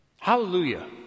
Hallelujah